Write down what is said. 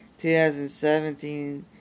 2017